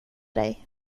dig